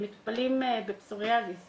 מטופלים בפסוריאזיס